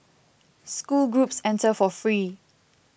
school groups enter for free